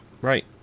Right